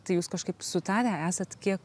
tai jūs kažkaip sutarę esat kiek